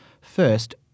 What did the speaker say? First